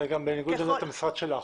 וגם בניגוד לעמדת המשרד שלך.